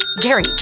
Gary